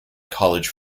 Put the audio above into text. college